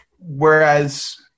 Whereas